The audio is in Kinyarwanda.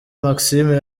maxime